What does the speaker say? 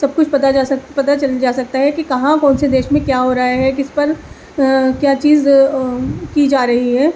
سب کچھ پتا جا سک پتا چل جا سکتا ہے کہ کہاں کون سے دیش میں کیا ہو رہا ہے کس پر کیا چیز کی جا رہی ہے